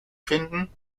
finden